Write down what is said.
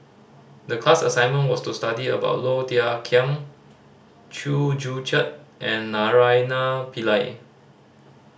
the class assignment was to study about Low Thia Khiang Chew Joo Chiat and Naraina Pillai